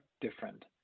different